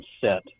set